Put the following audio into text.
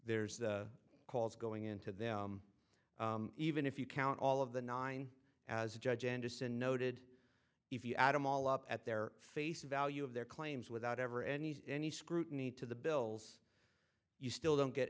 there's the calls going into them even if you count all of the nine as judge andersen noted if you add them all up at their face value of their claims without ever any any scrutiny to the bills you still don't get